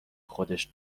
خودش